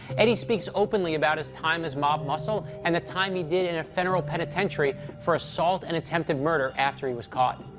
eddie speaks openly about his time as mob muscle and the time he did in a federal penitentiary for assault and attempted murder after he was caught.